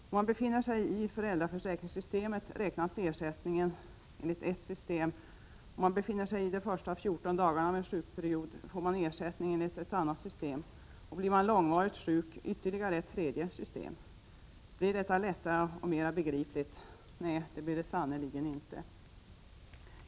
Om man befinner sig i föräldraförsäkringssystemet räknas ersättningen enligt ett system. Om man befinner sig i de första 14 dagarna av en sjukperiod får man ersättning enligt ett annat system, och blir man långvarigt sjuk gäller ytterligare ett tredje system. Blir detta lättare och mera begripligt? Nej, det blir det sannerligen inte.